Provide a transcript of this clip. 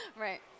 Right